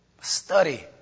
Study